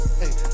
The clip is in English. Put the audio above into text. hey